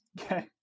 Okay